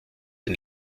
den